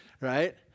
right